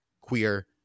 queer